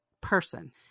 person